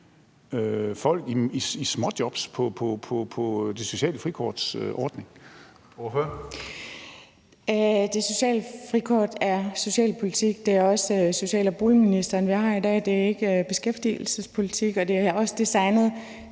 Kl. 15:17 Nanna W. Gotfredsen (M): Det sociale frikort er socialpolitik. Det er også social- og boligministeren, der er her i dag. Det er ikke beskæftigelsespolitik, og det er også designet